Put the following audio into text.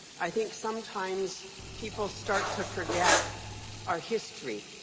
i think sometimes people start to forget our history.